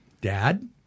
Dad